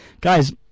guys